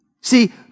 See